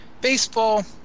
Baseball